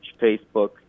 Facebook